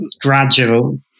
gradual